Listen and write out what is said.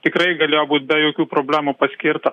tikrai galėjo būt be jokių problemų paskirta